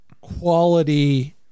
quality